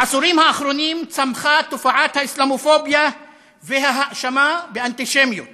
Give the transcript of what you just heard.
בעשורים האחרונים צמחה תופעת האסלאמופוביה וההאשמה באנטישמיות